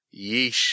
Yeesh